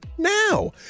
Now